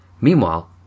Meanwhile